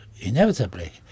inevitably